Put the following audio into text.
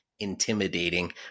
intimidating